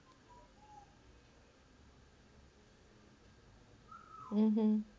mmhmm